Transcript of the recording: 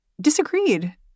disagreed